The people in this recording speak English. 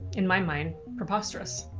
in my mind, preposterous.